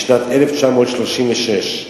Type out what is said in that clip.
בשנת 1936,